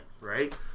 right